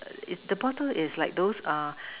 it's the bottle is like those err